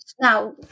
Now